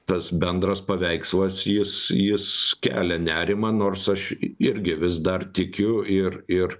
tas bendras paveikslas jis jis kelia nerimą nors aš irgi vis dar tikiu ir ir